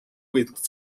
with